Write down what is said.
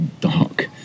dark